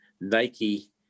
Nike